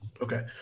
Okay